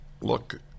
Look